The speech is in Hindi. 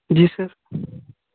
जी सर